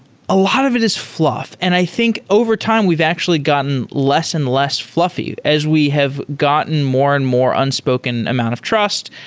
a lot of it is fluff, and i think over time we've actually gotten less and less fluffy as we have gotten more and more unspoken amount of trust.